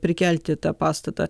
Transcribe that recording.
prikelti tą pastatą